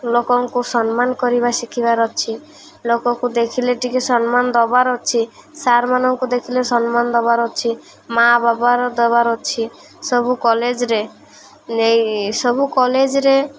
ଲୋକଙ୍କୁ ସମ୍ମାନ କରିବା ଶିଖିବାର ଅଛି ଲୋକକୁ ଦେଖିଲେ ଟିକେ ସମ୍ମାନ ଦବାର ଅଛି ସାର୍ ମାନଙ୍କୁ ଦେଖିଲେ ସମ୍ମାନ ଦବାର ଅଛି ମାଆ ବାବାର ଦବାର ଅଛି ସବୁ କଲେଜରେ ନେଇ ଏଇ ସବୁ କଲେଜରେ